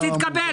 תתקבל.